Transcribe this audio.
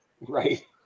Right